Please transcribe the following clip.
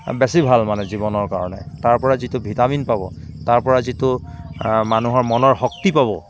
বেছি ভাল মানে জীৱনৰ কাৰণে তাৰপৰা যিটো ভিটামিন পাব তাৰপৰা যিটো মানুহৰ মনৰ শক্তি পাব